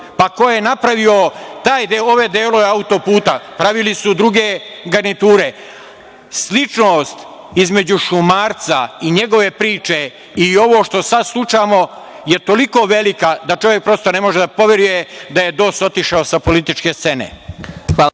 pa ko je napravio ove delove autoputa? Pravile su druge garniture. Sličnost između Šumarca i njegove priče i ovo što sad slušamo je toliko velika da čovek prosto ne može da poveruje da je DOS otišao sa političke scene.